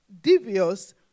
devious